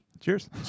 Cheers